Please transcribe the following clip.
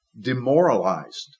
demoralized